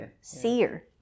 seer